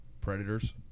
predators